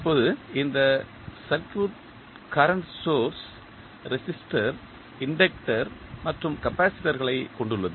இப்போது இந்த circuit current source resistor inductor மற்றும் கப்பாசிட்டரைக் கொண்டுள்ளது